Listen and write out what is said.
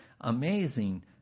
amazing